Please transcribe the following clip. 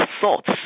thoughts